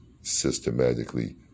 systematically